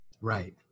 Right